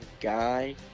guy